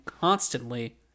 constantly